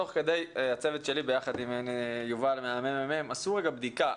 הצוות שלי יחד יובל מה-מ.מ.מ עשו בדיקה.